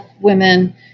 women